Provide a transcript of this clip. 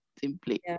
simply